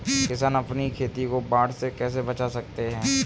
किसान अपनी खेती को बाढ़ से कैसे बचा सकते हैं?